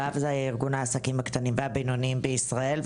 להב זה ארגון העסקים הקטנים והבינוניים בישראל.